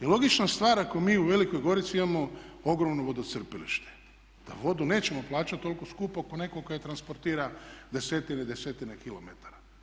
I logična stvar, ako mi u Velikoj Gorici imamo ogromno vodocrpilište, da vodu nećemo plaćati toliko skupo kao netko tko je transportira desetine i desetine kilometara.